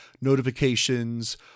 notifications